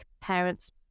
parents